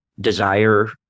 desire